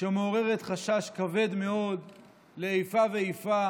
שמעוררת חשש כבד מאוד לאיפה ואיפה